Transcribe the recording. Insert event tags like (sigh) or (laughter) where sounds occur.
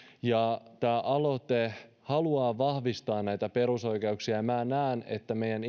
aloite haluaa vahvistaa perusoikeuksia ja näen että meidän (unintelligible)